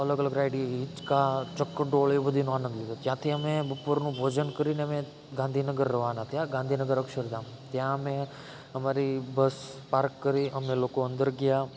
અલગ અલગ રાયડિંગ હિંચકા ચકડોળ એવું બધી નોનમ વીરો ત્યાંથી અમે બપોરનું ભોજન કરીને અમે ગાંધીનગર રવાના થયા ગાંધીનગર અક્ષરધામ ત્યાં અમે અમારી બસ પાર્ક કરી અમે લોકો અંદર ગયા